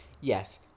Yes